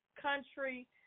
country